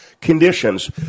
conditions